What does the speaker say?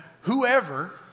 whoever